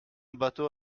bâteau